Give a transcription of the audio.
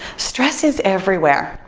stress is everywhere.